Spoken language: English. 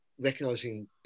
recognizing